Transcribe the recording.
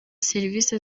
serivisi